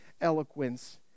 eloquence